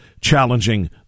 challenging